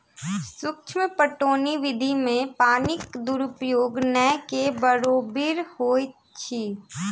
सूक्ष्म पटौनी विधि मे पानिक दुरूपयोग नै के बरोबरि होइत अछि